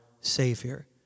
Savior